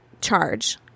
charge